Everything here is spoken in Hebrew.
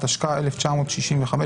התשכ"ה 1965,